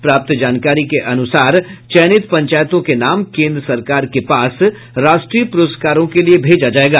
प्राप्त जानकारी के अनुसार चयनित पंचायतों के नाम केन्द्र सरकार के पास राष्ट्रीय पुरस्कारों के लिए भेजा जायेगा